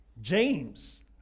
James